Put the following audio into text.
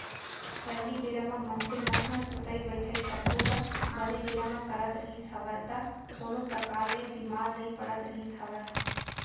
पहिली बेरा म मनसे मन ह सुतई बइठई सब्बो ल बने बेरा म करत रिहिस हवय त कोनो परकार ले बीमार नइ पड़त रिहिस हवय